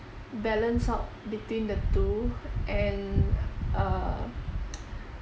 balance out between the two and err